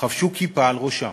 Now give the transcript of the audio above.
חבשו כיפה על ראשם.